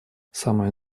самое